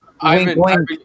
Ivan